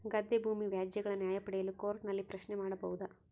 ಗದ್ದೆ ಭೂಮಿ ವ್ಯಾಜ್ಯಗಳ ನ್ಯಾಯ ಪಡೆಯಲು ಕೋರ್ಟ್ ನಲ್ಲಿ ಪ್ರಶ್ನೆ ಮಾಡಬಹುದಾ?